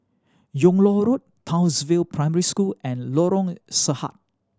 Yung Loh Road Townsville Primary School and Lorong Sarhad